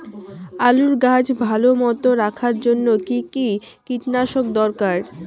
আলুর গাছ ভালো মতো রাখার জন্য কী কী কীটনাশক দরকার?